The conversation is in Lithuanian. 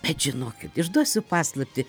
bet žinokit išduosiu paslaptį